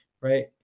right